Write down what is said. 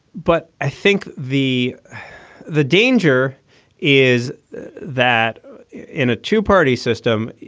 but i think the the danger is that in a two party system,